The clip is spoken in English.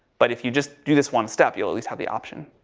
but if you just do this one step, you'll at least have the option.